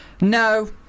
No